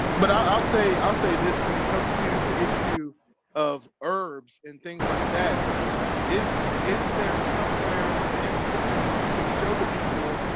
but i'll say i'll say this when it comes to the issue of herbs and things like that is is there somewhere in scripture where you could show the people?